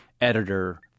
editor